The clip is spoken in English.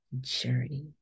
journey